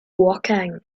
woking